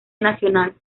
nacional